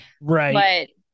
Right